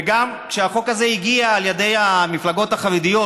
וגם כשהחוק הזה הגיע על ידי המפלגות החרדיות,